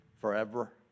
forever